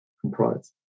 comprise